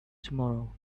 tomorrow